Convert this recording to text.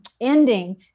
ending